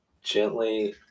gently